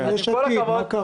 וגם יש עתיד.